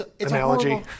analogy